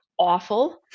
Awful